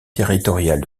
territoriale